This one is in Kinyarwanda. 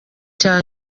cya